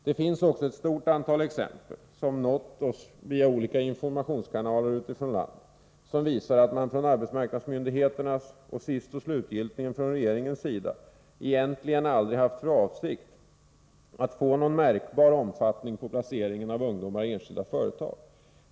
Det finns också ett stort antal exempel som har nått oss via olika informationskanaler utifrån landet, som visar att man från arbetsmarknadsmyndigheterna och sist och slutgiltigt från regeringens sida egentligen aldrig haft för avsikt att få någon märkbar omfattning på placeringen av ungdomar i enskilda företag.